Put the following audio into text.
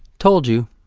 told you.